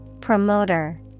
Promoter